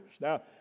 Now